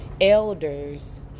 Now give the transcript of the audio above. elders